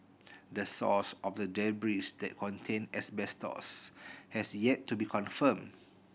the source of the debris that contain asbestos has yet to be confirmed